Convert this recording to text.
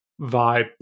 vibe